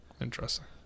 Interesting